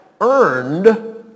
earned